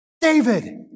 David